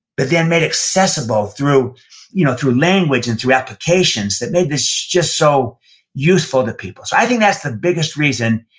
but then made accessible through you know through language and through applications that made this just so useful to people. so i think that's the biggest reason,